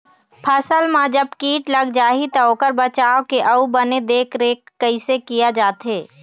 फसल मा जब कीट लग जाही ता ओकर बचाव के अउ बने देख देख रेख कैसे किया जाथे?